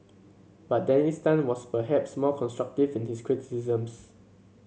but Dennis Tan was perhaps more constructive in his criticisms